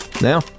Now